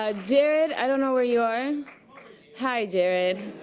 ah jared, i don't know where you are. hi, jared.